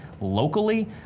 locally